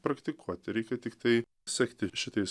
praktikuoti reikia tiktai sekti šitais